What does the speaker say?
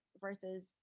versus